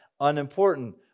unimportant